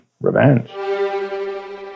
revenge